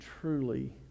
truly